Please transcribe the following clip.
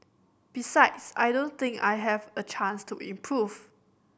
besides I don't think I have a chance to improve